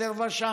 רזרבה שם.